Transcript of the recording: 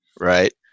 right